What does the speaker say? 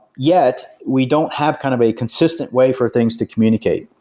yet, we don't have kind of a consistent way for things to communicate.